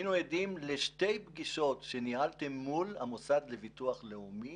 היינו עדים לשתי פגישות שניהלתם מול המוסד לביטוח לאומי